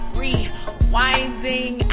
rewinding